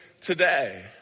today